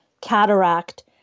cataract